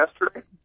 yesterday